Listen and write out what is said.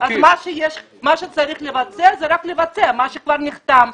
מה שצריך לבצע, זה רק לבצע את מה שכבר נחתם.